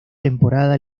temporada